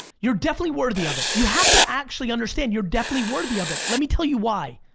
you're definitely worthy of it. you have to actually understand you're definitely worthy of it. let me tell you why.